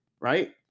Right